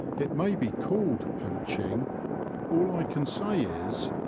it may be called poaching all i can say is,